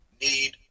need